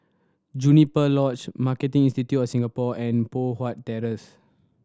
Juniper Lodge Marketing Institute of Singapore and Poh Huat Terrace